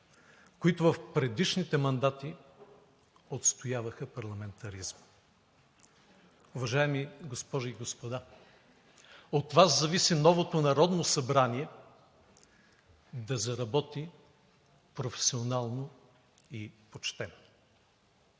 които в предишните мандати отстояваха парламентаризма. Уважаеми госпожи и господа, от Вас зависи новото Народно събрание да заработи професионално и почтено.